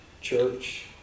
church